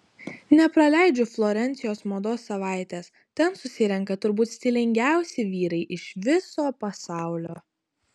nepraleidžiu florencijos mados savaitės ten susirenka turbūt stilingiausi vyrai iš viso pasaulio